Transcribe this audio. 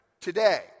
today